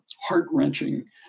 heart-wrenching